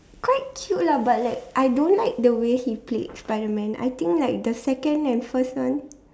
quite cute lah but like I don't like the way he played Spiderman I think like the second and first one